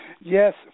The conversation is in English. Yes